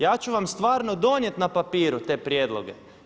Ja ću vam stvarno donijeti na papiru te prijedloge.